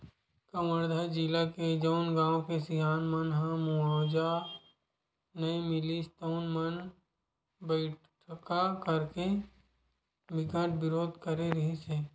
कवर्धा जिला के जउन गाँव के किसान मन ल मुवावजा नइ मिलिस तउन मन बइठका करके बिकट बिरोध करे रिहिस हे